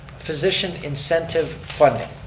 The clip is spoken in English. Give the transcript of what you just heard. physician incentive funding.